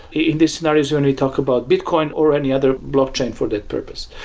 in these scenarios when we talk about bitcoin or any other blockchain for that purpose.